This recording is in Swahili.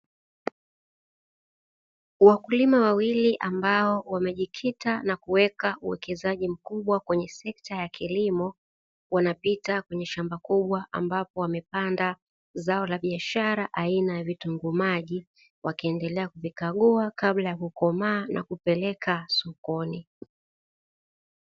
Wakulima wawili ambao wamejikita na kuweka uwekezaji mkubwa kwenye sekta ya kilimo wanapita kwenye shamba kubwa ambapo wamepanda zao la biashara aina ya vitunguu maji, wakiendelea kuvikagua kabla ya kukomaa na kupeleka sokoni.